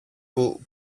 που